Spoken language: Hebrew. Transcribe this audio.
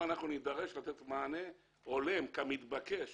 שנידרש לתת להם מענה הולם כמתבקש